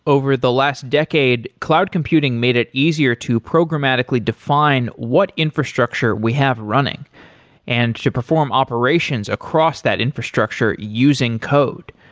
over the last decade, cloud computing made it easier to programmatically define what infrastructure we have running and to perform operations across that infrastructure using code,